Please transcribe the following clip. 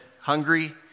hungry